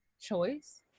choice